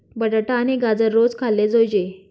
बटाटा आणि गाजर रोज खाल्ले जोयजे